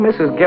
Mrs